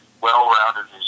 well-rounded